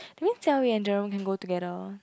that means Jia-wei and Jerome can go together